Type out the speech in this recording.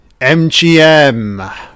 MGM